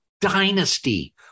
Dynasty